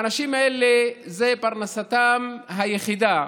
האנשים האלה, זו פרנסתם היחידה,